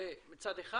זה צד אחד,